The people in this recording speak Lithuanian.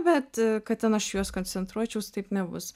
bet kad ten aš į juos koncentruočiaus taip nebus